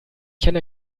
kenne